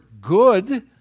good